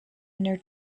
inner